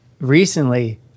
recently